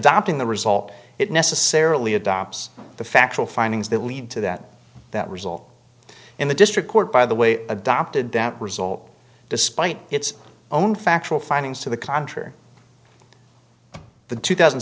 adopting the result it necessarily adopts the factual findings that lead to that that result in the district court by the way adopted that result despite its own factual findings to the contrary the two thousand